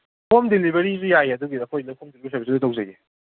home ꯗꯤꯂꯤꯚꯔꯤꯁꯨ ꯌꯥꯏꯌꯦ ꯑꯗꯨꯒꯤ ꯑꯩꯈꯣꯏ ꯍꯣꯝ ꯗꯤꯂꯤꯚꯔꯤ ꯁꯥꯔꯚꯤꯁꯁꯨ ꯇꯧꯖꯩꯌꯦ